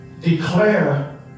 declare